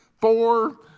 four